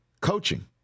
coaching